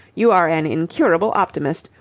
you are an incurable optimist.